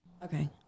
Okay